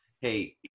hey